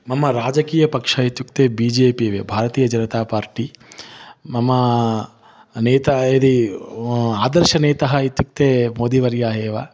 मम राजकीयपक्षः इत्युक्ते बि जे पि एव भारतीयजनतापार्टि मम नेता यदि आदर्शनेता इत्युक्ते मोदीवर्यः एव